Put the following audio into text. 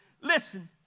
Listen